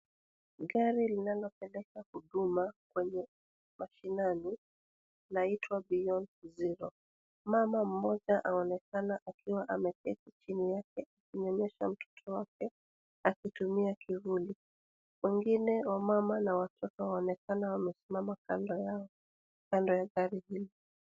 Gari linalopeleka huduma kwenye mashinani linaitwa Beyondi Zero. Mama mmoja anaonekana akiwa ameketi chini yake, akinyonyesha mtoto wake, akitumia kivuli. Wengine wamama na watoto wanaonekana wamesimama kando yao, kando ya gari hilo.